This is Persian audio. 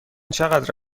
چقدر